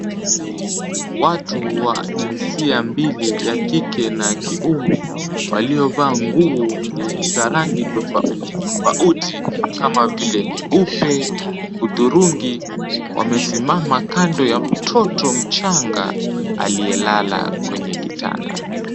Watu wa jinsia mbili ya kike na ya kiume waliovaa nguo za rangi tofauti tofauti kama vile, nyeupe, hudhurungi, wamesimama kando ya mtoto mchanga aliyelala kwenye kitanda.